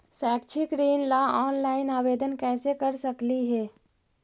शैक्षिक ऋण ला ऑनलाइन आवेदन कैसे कर सकली हे?